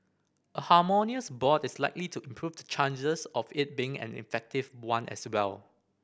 a harmonious board is likely to improve the chances of it being an effective one as well